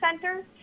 center